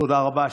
תודה רבה.